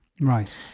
Right